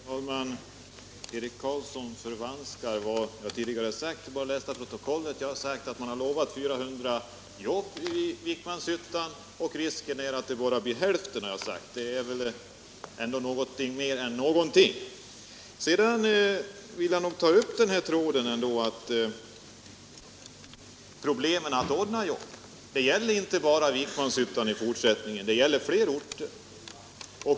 Herr talman! Eric Carlsson förvanskar vad jag tidigare har sagt; det är bara att läsa protokollet. Jag har sagt att man har lovat 400 jobb i Vikmanshyttan men att risken är att det bara blir hälften. Det är ändock något mer än ingenting. Jag vill ändå ta upp tråden när det gäller problemen att ordna jobb. Det gäller inte bara Vikmanshyttan i fortsättningen, det gäller fler orter.